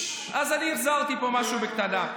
אני החזרתי פה משהו בקטנה.